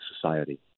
society